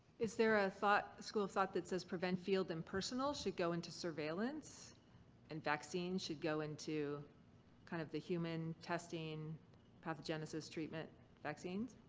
is there a thought. a school of thought that says, prevent field and personal should go into surveillance and vaccine should go into kind of the human testing pathogenesis treatment vaccines?